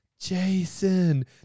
Jason